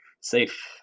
safe